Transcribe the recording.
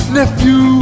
nephew